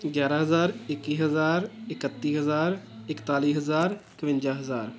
ਗਿਆਰਾਂ ਹਜ਼ਾਰ ਇੱਕੀ ਹਜ਼ਾਰ ਇਕੱਤੀ ਹਜ਼ਾਰ ਇਕਤਾਲੀ ਹਜ਼ਾਰ ਇੱਕਵੰਜਾ ਹਜ਼ਾਰ